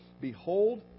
Behold